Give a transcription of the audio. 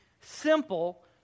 simple